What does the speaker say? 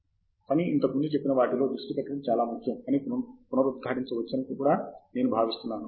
తంగిరాల ఫణి ఇంతకు ముందు చెప్పిన వాటిలో దృష్టి పెట్టడం చాలా ముఖ్యం అని పునరుద్ఘాటించవచ్చని కూడా నేను భావిస్తున్నాను